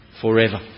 forever